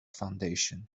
foundation